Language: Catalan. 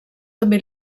també